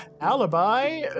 alibi